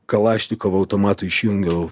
kalašnikovo automatu išjungiau